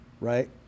Right